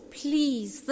please